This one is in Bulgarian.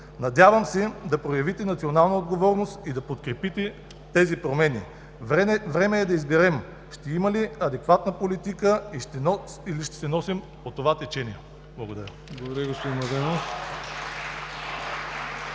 Надявам се да проявите национална отговорност и да подкрепите тези промени. Време е да изберем ще има ли адекватна политика, или ще се носим по това течение. Благодаря.